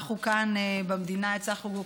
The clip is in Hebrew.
אנחנו כאן במדינה הצלחנו,